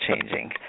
changing